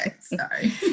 Sorry